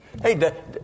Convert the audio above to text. Hey